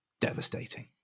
devastating